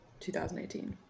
2018